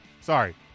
Sorry